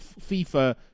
FIFA